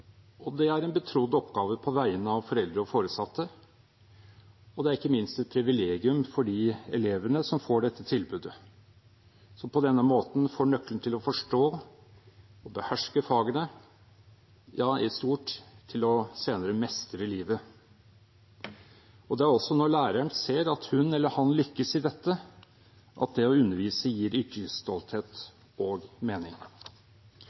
og en betrodd oppgave på vegne av foreldre og foresatte, og det er ikke minst et privilegium for de elevene som får dette tilbudet, som på denne måten får nøkkelen til å forstå og beherske fagene, ja i stort til senere å mestre livet. Og det er også når læreren ser at hun eller han lykkes i dette, at det å undervise gir yrkesstolthet og mening.